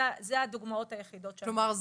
זה הדוגמאות היחידות --- כלומר,